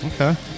Okay